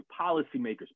policymakers